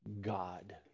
God